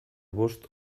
bost